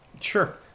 Sure